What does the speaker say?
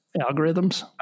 algorithms